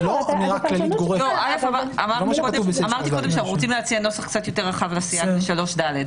אנו רוצים להציע נוסח יותר רחב ל-3ד.